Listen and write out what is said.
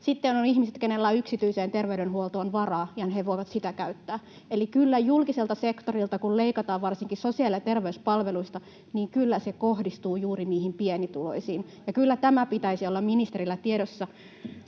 Sitten ovat ihmiset, kenellä on yksityiseen terveydenhuoltoon varaa, ja he voivat sitä käyttää. Eli kun julkiselta sektorilta leikataan, varsinkin sosiaali- ja terveyspalveluista, niin kyllä se kohdistuu juuri niihin pienituloisiin, ja kyllä tämän pitäisi olla ministerillä tiedossa